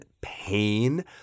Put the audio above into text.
pain